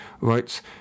writes